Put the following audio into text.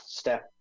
Step